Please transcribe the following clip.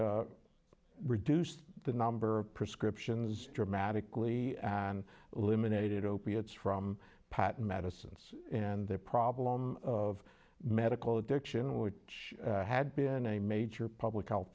reduced the number of prescriptions dramatically and eliminated opiates from patent medicines and the problem of medical addiction which had been a major public health